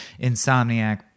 Insomniac